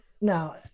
now